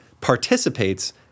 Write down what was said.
participates